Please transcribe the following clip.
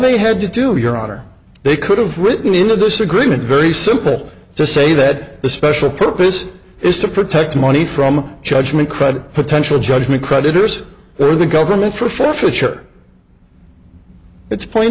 they had to do your honor they could have written into this agreement very simple to say that the special purpose is to protect money from judgment credit potential judgment creditors they're the government for forfeiture it's plain